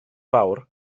fawr